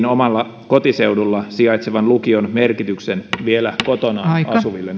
omalla kotiseudulla sijaitsevan lukion merkityksen vielä kotona asuville